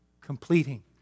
completing